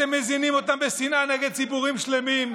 אתם מזינים אותם בשנאה נגד ציבורים שלמים.